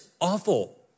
awful